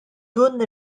dun